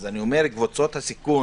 אז אני אומר שקבוצות הסיכון,